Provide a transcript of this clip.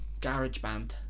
GarageBand